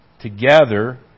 together